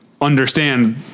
understand